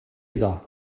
iddo